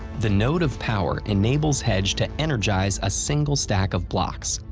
the node of power enables hedge to energize a single stack of blocks.